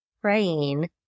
praying